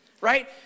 right